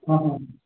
हां हां